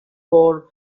for